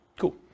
Cool